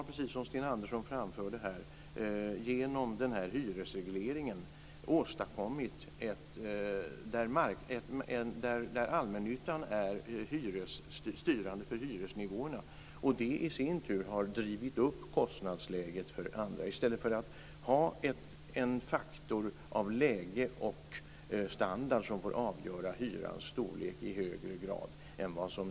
Precis som Sten Andersson framförde har ni genom hyresregleringen åstadkommit att allmännyttan är styrande för hyresnivåerna. Det har i sin tur drivit upp kostnadsläget för andra. I stället kan man låta faktorerna läge och standard avgöra hyrans storlek i högre grad.